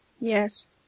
Yes